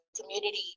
community